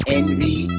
envy